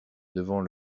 devant